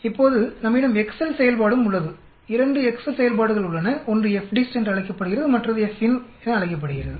இப்போது நம்மிடம் எக்செல் செயல்பாடும் உள்ளது 2 எக்செல் செயல்பாடுகள் உள்ளன ஒன்று FDIST என்று அழைக்கப்படுகிறது மற்றது FINV என அழைக்கப்படுகிறது